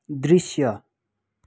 दृश्य